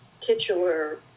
titular